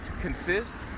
consist